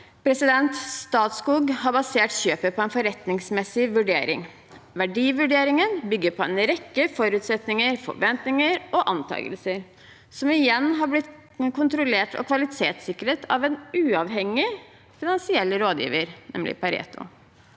dette. Statskog har basert kjøpet på en forretningsmessig vurdering. Verdivurderingen bygger på en rekke forutsetninger, forventninger og antakelser som igjen har blitt kontrollert og kvalitetssikret av en uavhengig finansiell rådgiver, nemlig Pareto.